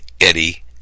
Eddie